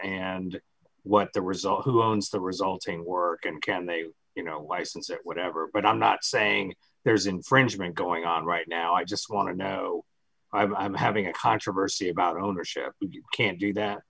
and what the result who owns the resulting work and can they you know why since whatever but i'm not saying there's infringement going on right now i just want to know i'm having a controversy about ownership you can't do that